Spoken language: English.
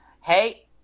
hey